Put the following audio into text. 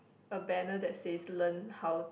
a banner that says learn how